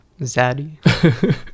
zaddy